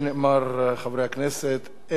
אין הסתייגויות להצעת החוק,